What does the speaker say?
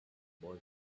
boy